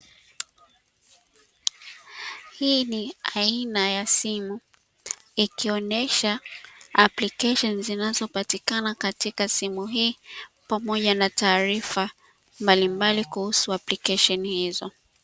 Hii ni aina ya simu ikionesha aplikesheni zinazopatikana katika simu hii, pamoja na taarifa mbalimbali kuhusu aplikesheni hizo.